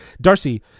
Darcy